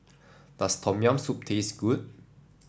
does Tom Yam Soup taste good